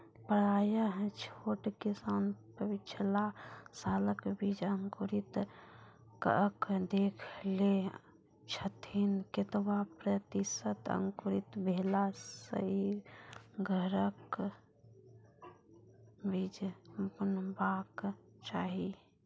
प्रायः छोट किसान पिछला सालक बीज अंकुरित कअक देख लै छथिन, केतबा प्रतिसत अंकुरित भेला सऽ घरक बीज बुनबाक चाही?